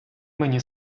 мені